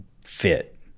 fit